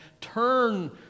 Turn